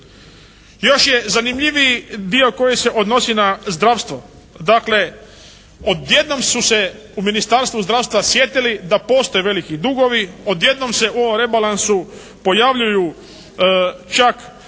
Još je zanimljiviji dio koji se odnosi na zdravstvo. Dakle, odjednom su se u Ministarstvu zdravstva sjetili da postoje veliki dugovi, odjednom se o rebalansu pojavljuju čak